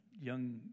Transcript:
young